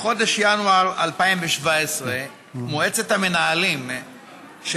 מחודש ינואר 2017 מועצת המנהלים של